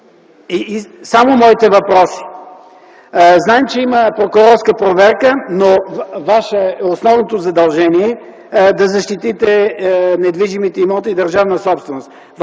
на времето.) Знаем, че има прокурорска проверка, но Ваше основно задължение е да защитите недвижимите имоти държавна собственост.